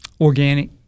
organic